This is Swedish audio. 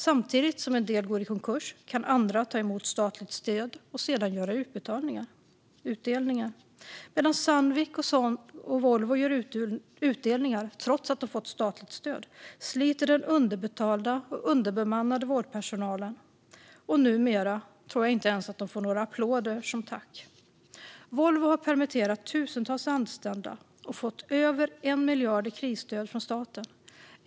Samtidigt som en del går i konkurs kan andra ta emot statligt stöd och sedan göra utdelningar. Medan Sandvik och Volvo gör utdelningar, trots att de fått statligt stöd, sliter den underbetalda och underbemannade vårdpersonalen. Numera tror jag inte ens att de får några applåder som tack. Volvo har permitterat tusentals anställda och fått över 1 miljard i krisstöd från staten.